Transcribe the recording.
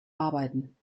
arbeiten